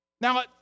Now